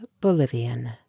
Bolivian